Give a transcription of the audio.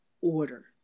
order